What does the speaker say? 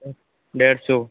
डेढ़ सौ